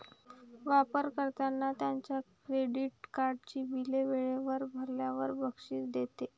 वापर कर्त्यांना त्यांच्या क्रेडिट कार्डची बिले वेळेवर भरल्याबद्दल बक्षीस देते